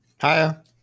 Hiya